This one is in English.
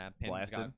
blasted